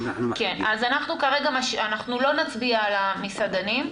לא נצביע על המסעדנים,